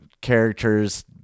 characters